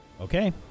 Okay